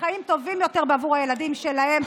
לחיים טובים יותר בעבור הילדים שלהם.